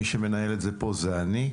מי שמנהל את זה פה זה אני.